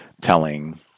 telling